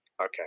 Okay